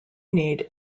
need